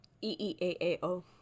E-E-A-A-O